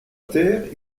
terre